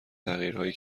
تغییرهایی